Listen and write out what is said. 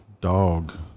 dog